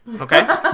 Okay